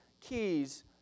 keys